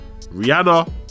rihanna